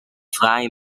fraai